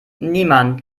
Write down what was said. niemand